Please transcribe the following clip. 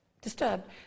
disturbed